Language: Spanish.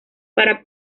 para